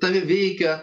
tave veikia